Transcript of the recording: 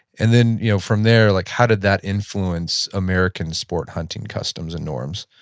and then you know from there, like how did that influence american sport hunting customs and norms?